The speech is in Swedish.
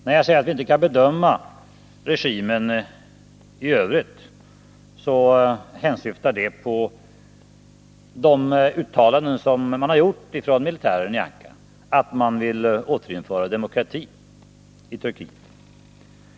När jag säger att vi inte kan bedöma regimen i övrigt, så hänsyftar det på de uttalanden som har gjorts av militärerna i Ankara — att man vill återinföra demokrati i Turkiet.